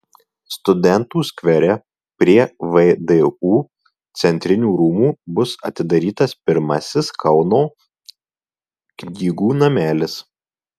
studentų skvere prie vdu centrinių rūmų bus atidarytas pirmasis kauno knygų namelis